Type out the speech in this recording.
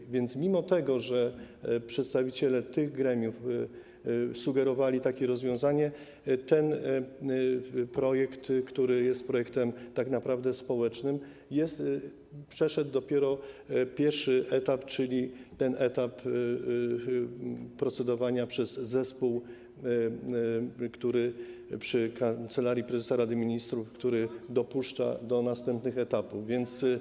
Tak więc mimo tego, że przedstawiciele tych gremiów sugerowali takie rozwiązanie, ten projekt, który jest projektem tak naprawdę społecznym, przeszedł dopiero pierwszy etap, czyli etap procedowania przez zespół przy Kancelarii Prezesa Rady Ministrów, który dopuszcza do następnych etapów.